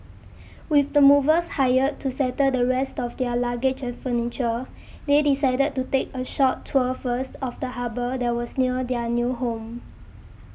with the movers hired to settle the rest of their luggage and furniture they decided to take a short tour first of the harbour that was near their new home